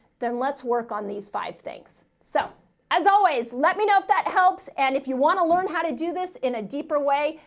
then let's work on these five things. so as always, let me know if that helps. and if you want to learn how to do this in a deeper way,